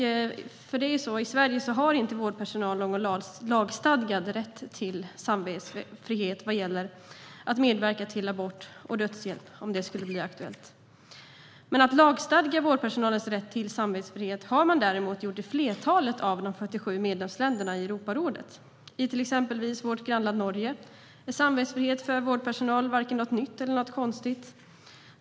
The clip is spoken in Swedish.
I Sverige har inte vårdpersonal någon lagstadgad rätt till samvetsfrihet vad gäller att medverka till abort och dödshjälp om det skulle bli aktuellt. Lagstadgat om vårdpersonalens rätt till samvetsfrihet har man däremot gjort i flertalet av de 47 medlemsländerna i Europarådet. I till exempel vårt grannland Norge är samvetsfrihet för vårdpersonal varken något nytt eller något konstigt.